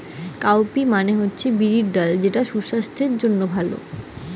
cowpea মানে হচ্ছে বিরির ডাল যেটা সুসাস্থের জন্যে ভালো